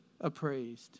appraised